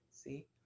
See